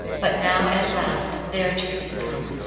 but now, at last, their turn is come.